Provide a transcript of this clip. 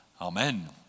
amen